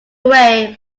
away